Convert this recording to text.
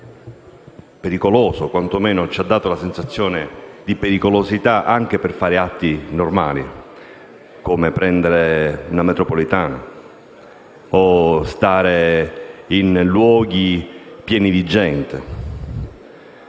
pericoloso, o quanto meno ci ha dato una sensazione di pericolosità anche nel compiere atti normali come prendere una metropolitana o stare in luoghi pieni di gente.